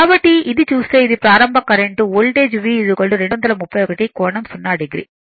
కాబట్టి ఇది చూస్తే ఇది ప్రారంభ కరెంట్ వోల్టేజ్ V 231 కోణం 0 o